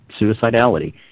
suicidality